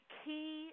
key